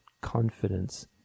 confidence